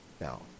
Now